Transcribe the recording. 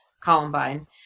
Columbine